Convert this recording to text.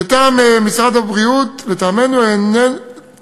לטעם משרד הבריאות, לטעמנו,